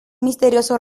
misterioso